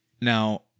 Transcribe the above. Now